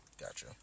Gotcha